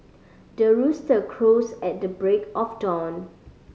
the rooster crows at the break of dawn